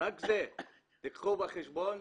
רק זה קחו בחשבון,